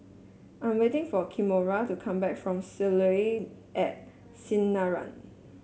I'm waiting for Kimora to come back from Soleil at Sinaran